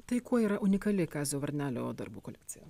tai kuo yra unikali kazio varnelio darbų kolekcija